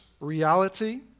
reality